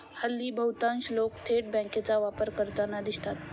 हल्ली बहुतांश लोक थेट बँकांचा वापर करताना दिसतात